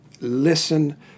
listen